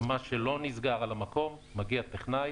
מה שלא נסגר על המקום, מגיע טכנאי